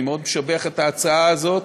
אני מאוד משבח את ההצעה הזאת.